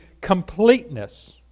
completeness